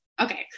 okay